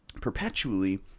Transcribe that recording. perpetually